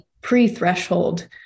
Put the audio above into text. pre-threshold